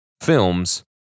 films